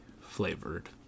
flavored